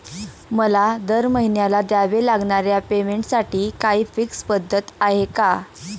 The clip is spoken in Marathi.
मला दरमहिन्याला द्यावे लागणाऱ्या पेमेंटसाठी काही फिक्स पद्धत आहे का?